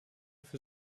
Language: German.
für